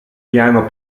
piano